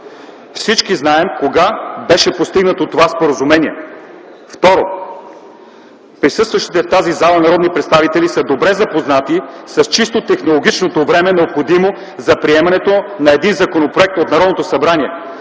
Всички знаем кога беше постигнато това споразумение. Второ, присъстващите в тази зала народни представители са добре запознати с чисто технологичното време, необходимо за приемането на един законопроект от Народното събрание,